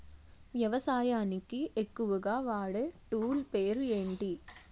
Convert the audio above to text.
వ్యవసాయానికి ఎక్కువుగా వాడే టూల్ పేరు ఏంటి?